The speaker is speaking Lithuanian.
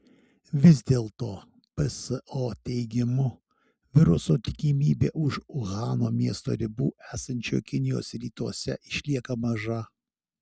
vis dėl to pso teigimu viruso tikimybė už uhano miesto ribų esančio kinijos rytuose išlieka maža